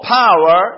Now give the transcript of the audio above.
power